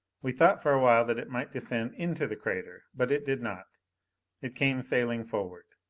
we thought for a while that it might descend into the crater. but it did not it came sailing forward.